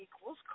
equals